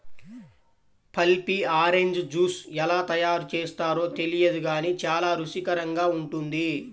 pulpy orange juice ఎలా తయారు చేస్తారో తెలియదు గానీ చాలా రుచికరంగా ఉంటుంది